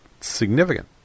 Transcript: Significant